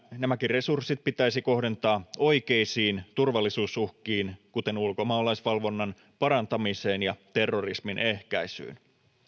nämäkin resurssit pitäisi kohdentaa oikeisiin turvallisuusuhkiin kuten ulkomaalaisvalvonnan parantamiseen ja terrorismin ehkäisyyn